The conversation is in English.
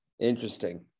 Interesting